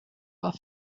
pas